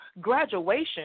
graduation